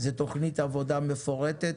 אלא זאת תוכנית עבודה מפורטת.